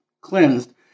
cleansed